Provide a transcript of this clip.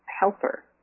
helper